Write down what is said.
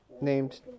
named